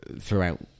throughout